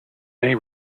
may